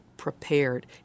prepared